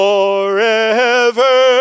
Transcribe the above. Forever